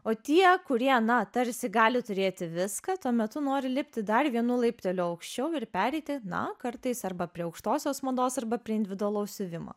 o tie kurie na tarsi gali turėti viską tuo metu nori lipti dar vienu laipteliu aukščiau ir pereiti na kartais arba prie aukštosios mados arba prie individualaus siuvimo